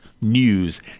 news